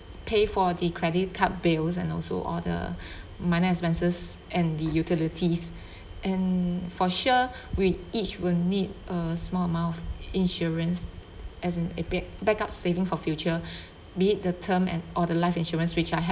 pay for the credit card bills and also all the minor expenses and the utilities and for sure we each will need a small amount of insurance as an backup saving for future be it the term and or the life insurance which I have